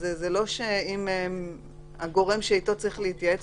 אז זה לא שאם הגורם שאיתו צריך להתייעץ